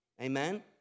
Amen